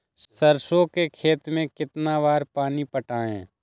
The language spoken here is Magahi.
सरसों के खेत मे कितना बार पानी पटाये?